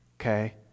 okay